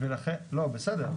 בסדר.